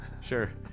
sure